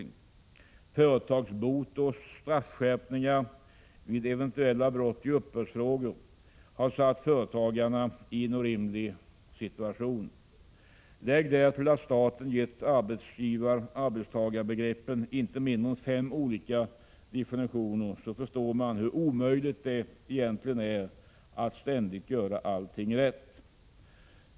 Nu hugger regeringen av en del av denna trygghet på ålderdomen. Detta innebär, enligt min mening, en djup orättvisa, som vi har anledning att starkt protestera mot. Herr talman! Jag nämnde inledningsvis att det ökade skattetrycket också lett till ökad rättsosäkerhet.